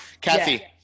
Kathy